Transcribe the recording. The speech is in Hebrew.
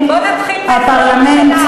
הפרלמנט,